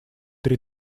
три